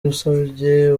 wasabye